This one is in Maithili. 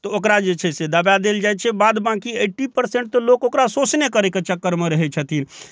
तऽ ओकरा जे छै से दबा देल जाइ छै बाद बाँकि एट्टी परसेन्ट तऽ लोक ओकरा शोषणे करैके चक्करमे रहै छथिन